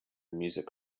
music